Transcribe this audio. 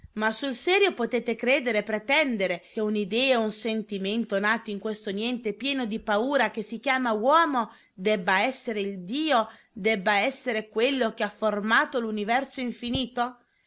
ma sul serio potete credere pretendere che un'idea o un sentimento nati in questo niente pieno di paura che si chiama uomo debba essere il dio debba essere quello che ha formato l'universo infinito